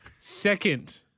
Second